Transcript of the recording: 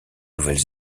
nouvelle